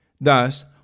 Thus